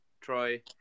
troy